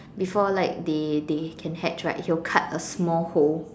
before like they they can hatch right he will cut a small hole